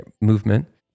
movement